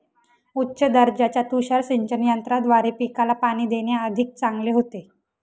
उच्च दर्जाच्या तुषार सिंचन यंत्राद्वारे पिकाला पाणी देणे अधिक चांगले होते